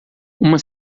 uma